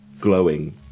glowing